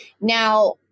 Now